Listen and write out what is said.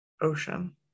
ocean